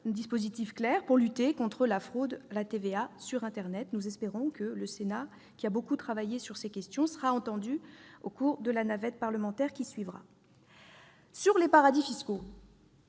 dispositif clair pour lutter contre la fraude à la TVA sur internet. Nous espérons que le Sénat, qui a beaucoup travaillé sur ces questions, sera entendu au cours de la navette parlementaire qui suivra. S'agissant des paradis fiscaux,